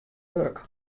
wurk